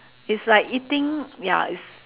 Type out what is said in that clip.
is like eating ya is